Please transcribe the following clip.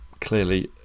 clearly